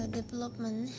development